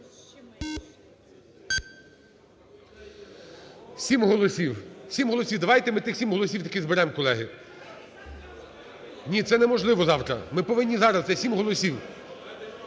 сім голосів. Давайте ми тих сім голосів таки зберемо, колеги. (Шум у залі) Ні, це неможливо завтра, ми повинні зараз, це 7 голосів.